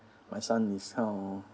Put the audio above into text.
my son is kind of